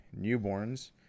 newborns